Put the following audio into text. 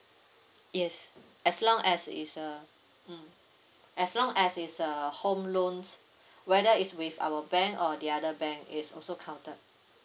yes as long as it's a mm as long as it's a home loans whether is with our bank or the other bank it's also counted